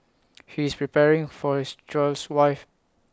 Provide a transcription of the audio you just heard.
he is preparing for his child's wife